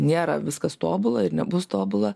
nėra viskas tobula ir nebus tobula